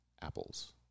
apples